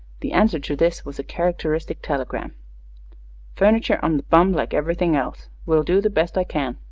the answer to this was a characteristic telegram furniture on the bum, like everything else. will do the best i can.